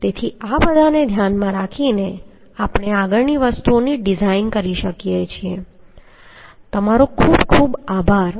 તેથી આ બધાને ધ્યાનમાં રાખીને આપણે આગળની વસ્તુઓની ડિઝાઇન કરી શકીએ છીએ તમારો ખૂબ ખૂબ આભાર